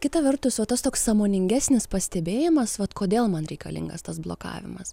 kita vertus tas toks sąmoningesnis pastebėjimas vat kodėl man reikalingas tas blokavimas